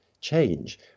change